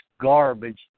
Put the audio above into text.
garbage